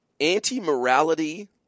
anti-morality